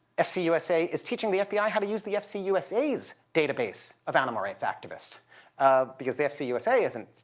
fc usa is teaching the fbi how to use the fc usa's database of animal rights activists ah because the fc usa isn't